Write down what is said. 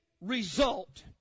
Result